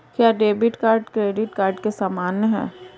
क्या debit card credit card के समान है?